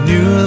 New